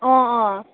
अँ अँ